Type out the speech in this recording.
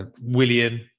William